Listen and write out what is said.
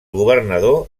governador